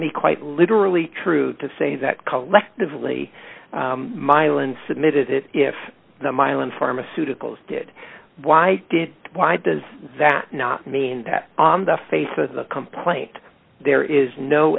me quite literally true to say that collectively mylan submitted it if the mylan pharmaceuticals did why did why does that not mean that on the face of the complaint there is no